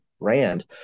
brand